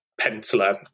Penciler